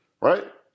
right